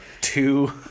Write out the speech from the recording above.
two